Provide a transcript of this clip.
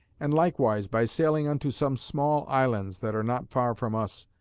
and likewise by sailing unto some small islands that are not far from us,